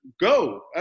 go